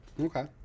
okay